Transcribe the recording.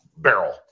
barrel